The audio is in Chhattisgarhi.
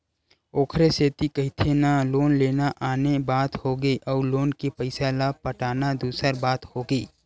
ओखरे सेती कहिथे ना लोन लेना आने बात होगे अउ लोन के पइसा ल पटाना दूसर बात होगे